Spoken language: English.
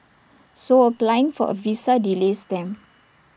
so applying for A visa delays them